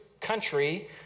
country